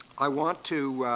i want to